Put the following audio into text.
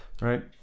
right